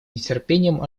нетерпением